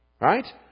Right